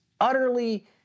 utterly